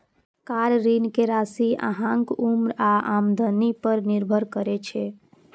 car ऋण के राशि अहांक उम्र आ आमदनी पर निर्भर करै छै